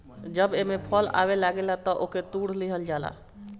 जब एमे फल आवे लागेला तअ ओके तुड़ लिहल जाला